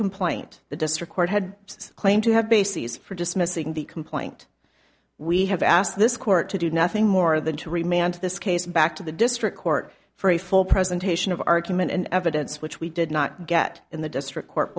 complaint the district court had claimed to have bases for dismissing the complaint we have asked this court to do nothing more than to remain on to this case back to the district court for a full presentation of argument and evidence which we did not get in the district court